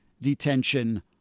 detention